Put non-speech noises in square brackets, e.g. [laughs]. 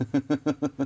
[laughs]